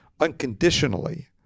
unconditionally